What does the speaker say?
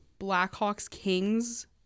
Blackhawks-Kings